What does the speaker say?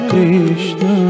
Krishna